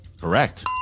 Correct